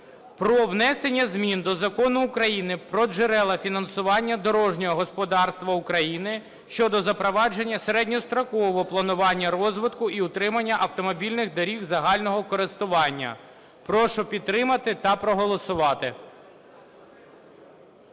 про внесення змін до Закону України "Про джерела фінансування дорожнього господарства України" (щодо запровадження середньострокового планування розвитку і утримання автомобільних доріг загального користування). Прошу підтримати та проголосувати.